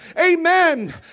amen